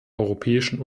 europäischen